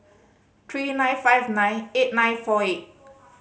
three nine five nine eight nine four eight